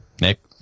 Nick